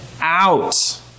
out